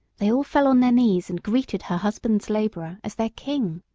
they all fell on their knees and greeted her husband's labourer as their king.